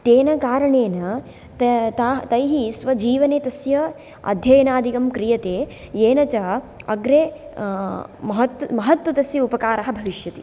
तेन कारणेन ते ता तैः स्वजीवने तस्य अध्ययनाधिकं क्रीयते येन च अग्रे महत् महत् तस्य उपकारः भविष्यति